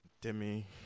Demi